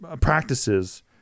practices